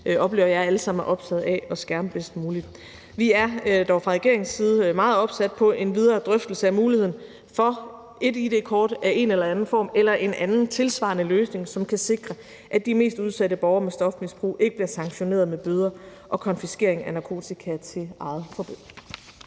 oplever jeg – alle sammen er optaget af at skærme bedst muligt. Vi er dog fra regeringens side meget opsat på en videre drøftelse af muligheden for et id-kort af en eller anden form eller en eller anden tilsvarende løsning, som kan sikre, at de mest udsatte borgere med stofmisbrug ikke bliver sanktioneret med bøder og konfiskering af narkotika til eget forbrug.